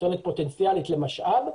פסולת פוטנציאלית למשאב,